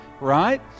right